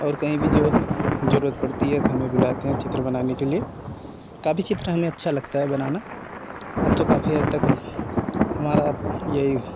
और कहीं भी जो जरूरत पड़ती है हमें बुलाते हैं चित्र बनाने के लिए काफ़ी चित्र हमें अच्छा लगता है बनाना अब तो काफ़ी हद तक हमारा यही